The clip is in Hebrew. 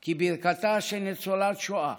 כי ברכתה של ניצולת שואה